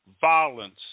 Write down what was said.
violence